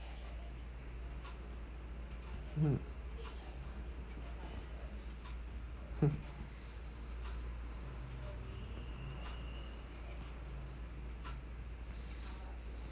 mm hmm